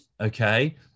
okay